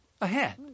Ahead